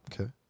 Okay